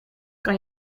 kan